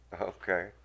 Okay